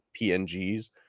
PNGs